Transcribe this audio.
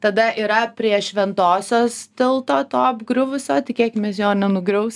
tada yra prie šventosios tilto to apgriuvusio tikėkimės jo nenugriaus